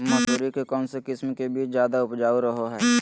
मसूरी के कौन किस्म के बीच ज्यादा उपजाऊ रहो हय?